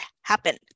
happen